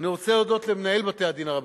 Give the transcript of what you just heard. אני רוצה להודות למנהל בתי-הדין הרבניים,